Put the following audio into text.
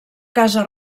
casa